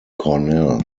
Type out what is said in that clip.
cornell